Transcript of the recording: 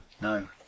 No